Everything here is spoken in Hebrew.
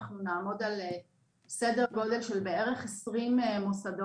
אנחנו נעמוד על סדר גודל של בערך 20 מוסדות